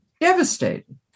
Devastated